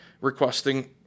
requesting